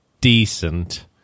Decent